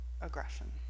aggression